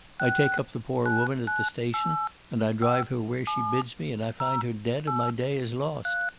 i take up the poor woman at the station and i drive her where she bids me, and i find her dead, and my day is lost.